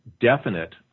definite